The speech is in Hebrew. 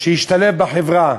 שישתלב בחברה,